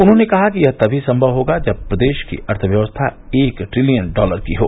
उन्होंने कहा कि यह तमी संभव होगा जब प्रदेश की अर्थव्यक्था एक ट्रिलियन डॉलर की हो